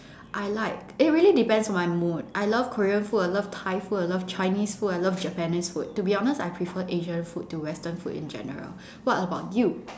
I like it really depends on my mood I love Korean food I love Thai food I love Chinese food I love Japanese food to be honest I prefer Asian food to Western food in general what about you